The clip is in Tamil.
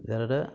இதோடய